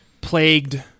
plagued